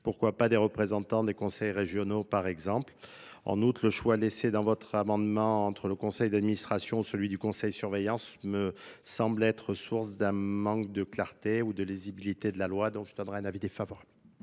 pourquoi pas des représentants des Conseils régionaux par exemple outre le choix laissé dans vostre amendement entre le conseil d'administration celui du conseil de surveillance me semble être source d'un manque de clarté ou de lisibilité de la loi, donc je donnerais un avis défavorable.